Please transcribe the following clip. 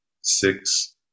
six